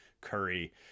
Curry